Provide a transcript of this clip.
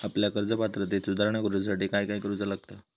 आपल्या कर्ज पात्रतेत सुधारणा करुच्यासाठी काय काय करूचा लागता?